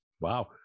wow